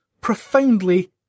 profoundly